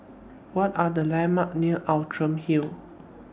What Are The landmarks near Outram Hill